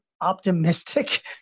optimistic